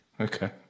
Okay